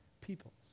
peoples